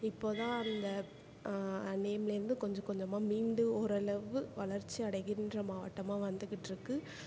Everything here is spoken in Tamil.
இப்போ தான் இந்த நேம்லருந்து கொஞ்சம் கொஞ்சமாக மீண்டு ஓரளவு வளர்ச்சி அடைகின்ற மாவட்டமாக வந்துக்கிட்டு இருக்கு